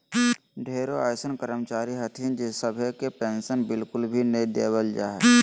ढेरो अइसन कर्मचारी हथिन सभे के पेन्शन बिल्कुल भी नय देवल जा हय